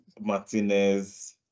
Martinez